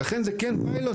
ולכן זה כן פיילוט,